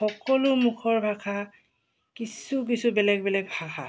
সকলো মুখৰ ভাষা কিছু কিছু বেলেগ বেলেগ ভাষা